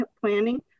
planning